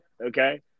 Okay